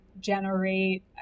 generate